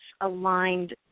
aligned